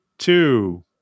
Two